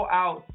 out